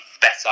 better